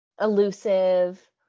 elusive